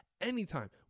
anytime